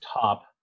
top